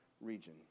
region